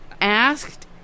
asked